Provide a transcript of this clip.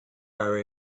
our